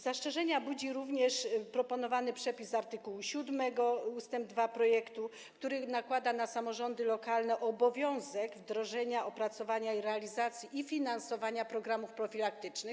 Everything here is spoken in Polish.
Zastrzeżenia budzi również proponowany przepis art. 7 ust. 2 projektu, który nakłada na samorządy lokalne obowiązek wdrożenia, opracowania, realizacji i finansowania programów profilaktycznych.